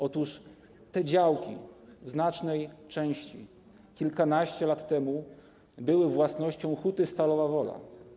Otóż te działki w znacznej części kilkanaście lat temu były własnością Huty Stalowa Wola.